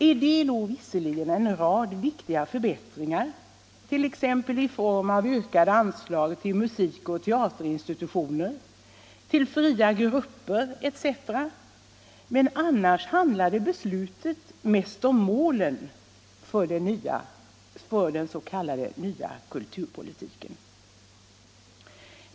I det låg visserligen en rad viktiga förbättringar, t.ex. i form av ökade anslag till musikoch teaterinstitutioner, till fria grupper etc., men annars handlade beslutet mest om målen för den s.k. nya kulturpolitiken.